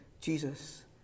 Jesus